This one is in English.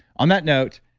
on that note,